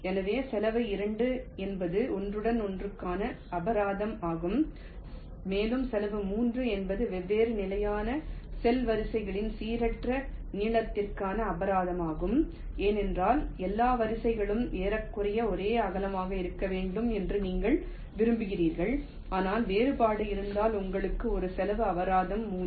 எனவே செலவு இரண்டு என்பது ஒன்றுடன் ஒன்றுக்கான அபராதம் ஆகும் மேலும் செலவு 3 என்பது வெவ்வேறு நிலையான செல் வரிசைகளில் சீரற்ற நீளத்திற்கான அபராதம் ஆகும் ஏனென்றால் எல்லா வரிசைகளும் ஏறக்குறைய ஒரே அகலமாக இருக்க வேண்டும் என்று நீங்கள் விரும்புகிறீர்கள் ஆனால் வேறுபாடு இருந்தால் உங்களுக்கு ஒரு செலவு அபராதம் 3